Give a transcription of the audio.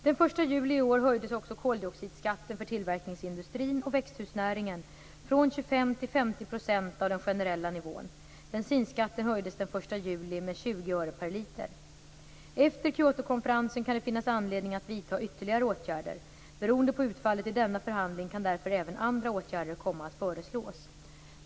Den 1 juli i år höjdes också koldioxidskatten för tillverkningsindustrin och växthusnäringen från 25 till Efter Kyotokonferensen kan det finnas anledning att vidta ytterligare åtgärder. Beroende på utfallet i denna förhandling kan därför även andra åtgärder komma att föreslås.